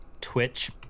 Twitch